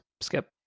Skip